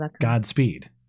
Godspeed